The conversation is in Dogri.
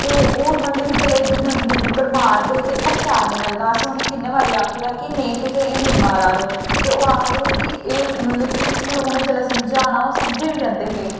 ते ओह् मतलब के जेल्लै जंगली कुक्कड़ मारदे हे ते ओह् शैल निं लगदा हा ते असें उ'नेंगी कि'न्ने बारी आक्खे दा की तुस इ'नें गी नेईं मारो ते ओह् आखदे के नेईं एह् मतलब जेल्लै उ'नें गी समझाना ओह् समझी बी जंदे हे